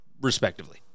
respectively